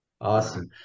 Awesome